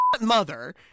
mother